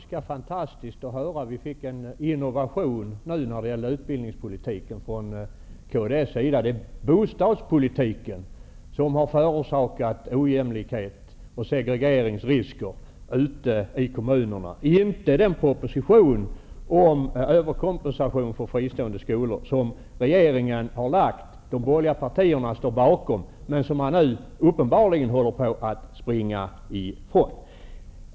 Herr talman! Det här var en fantastisk innovation från kds sida när det gäller utbildningspolitiken. Det sades att det är bostadspolitiken som har förorsakat ojämlikhet och segregeringsrisker ute i kommunerna och inte den proposition om överkompensation för fristående skolor som regeringen har lagt fram. De borgerliga partierna står bakom den, men nu håller man uppenbarligen på att springa ifrån den.